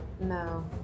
No